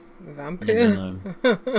Vampire